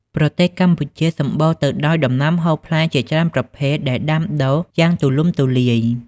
ប្រទេសកម្ពុជាសម្បូរទៅដោយដំណាំហូបផ្លែជាច្រើនប្រភេទដែលដាំដុះយ៉ាងទូលំទូលាយ។